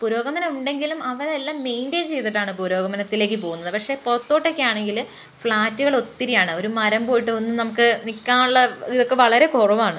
പുരോഗമനം ഉണ്ടെങ്കിലും അവരെല്ലാം മെയിൻ്റയിൻ ചെയ്തിട്ടാണ് പുരോഗമനത്തിലേക്ക് പോകുന്നത് പക്ഷേ പുറത്തോട്ടൊക്കെയാണെങ്കില് ഫ്ലാറ്റുകളൊത്തിരിയാണ് ഒരു മരം പോയിട്ട് ഒന്നും നമുക്ക് നിക്കാനുള്ള ഇതൊക്കെ വളരെ കുറവാണ്